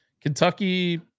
Kentucky